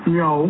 no